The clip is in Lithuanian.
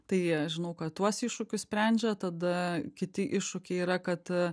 tai aš žinau kad tuos iššūkius sprendžia tada kiti iššūkiai yra kad